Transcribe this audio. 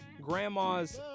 Grandma's